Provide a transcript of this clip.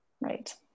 right